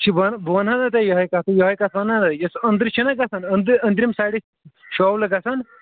بہٕ وَنٛہٕ ہا نہ تۄہہِ یِہَے کَتھ یِہَے کَتھ وَنٛہٕ ہا نہ یُس أنٛدٕرۍ چھِنا گژھان أنٛدرٕ أنٛدرِم سایڈٕ شولہٕ گژھان